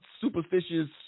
superstitious